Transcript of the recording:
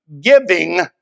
giving